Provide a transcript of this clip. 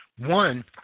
one